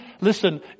Listen